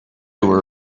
were